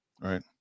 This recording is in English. Right